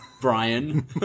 Brian